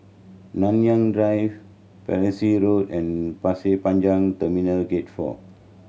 Nanyang Drive Peirce Road and Pasir Panjang Terminal Gate Four